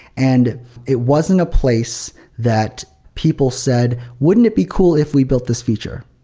and it wasn't a place that people said, wouldn't it be cool if we built this feature?